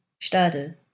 Stade